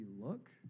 look